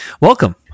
welcome